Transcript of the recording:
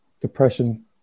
depression